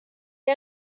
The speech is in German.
wir